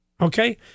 Okay